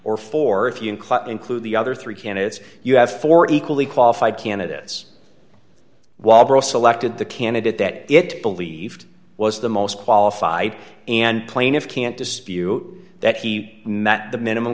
or four if you include the other three candidates you have four equally qualified candidates while breaux selected the candidate that it believed was the most qualified and plaintiffs can't dispute that he met the minimum